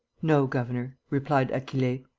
no, governor, replied achille.